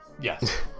Yes